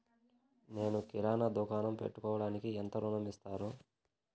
నేను కిరాణా దుకాణం పెట్టుకోడానికి ఎంత ఋణం ఇస్తారు?